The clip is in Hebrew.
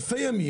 אלפי ימים,